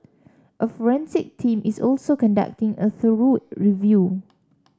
a forensic team is also conducting a thorough review